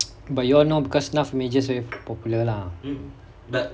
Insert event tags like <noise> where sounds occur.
<noise> but you all know because very popular lah